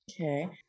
Okay